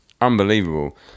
unbelievable